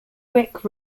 wick